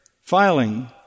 filing